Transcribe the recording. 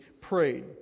prayed